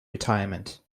retirement